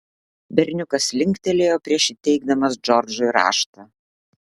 berniukas linktelėjo prieš įteikdamas džordžui raštą